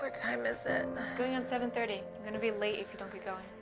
like time is it? it's going on seven thirty. you're gonna be late if you don't get going.